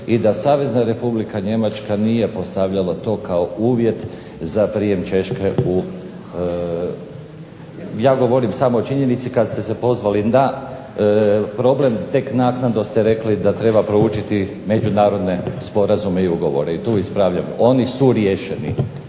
i da Savezna Republika Njemačka nije postavljala to kao uvjet za prijem Češke. Ja govorim samo o činjenici kad ste se pozvali na problem tek naknadno ste rekli da treba proučiti međunarodne sporazume i ugovore. I tu ispravljam oni su riješeni.